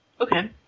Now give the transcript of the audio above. Okay